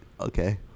Okay